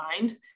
mind